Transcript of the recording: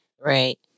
right